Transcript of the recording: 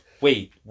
Wait